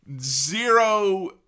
zero